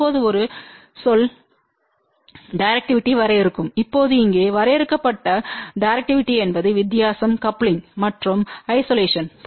இப்போது ஒரு சொல் டைரக்டிவிட்டி வரையறுக்கும் இப்போது இங்கே வரையறுக்கப்பட்ட டைரக்டிவிட்டி என்பது வித்தியாசம் கப்லிங் மற்றும் ஐசோலேஷன்ல்